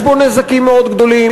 יש בו נזקים מאוד גדולים,